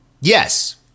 Yes